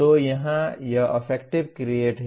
तो यहाँ यह अफेक्टिव क्रिएट है